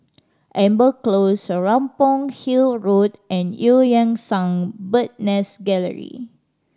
Amber Close Serapong Hill Road and Eu Yan Sang Bird Nest Gallery